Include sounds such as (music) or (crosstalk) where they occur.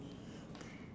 (breath)